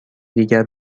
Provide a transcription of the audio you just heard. دیگر